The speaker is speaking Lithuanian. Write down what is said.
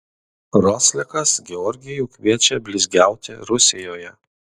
roslekas georgijų kviečia blizgiauti rusijoje